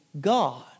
God